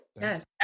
yes